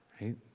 right